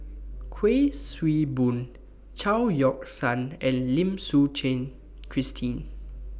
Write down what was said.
Kuik Swee Boon Chao Yoke San and Lim Suchen Christine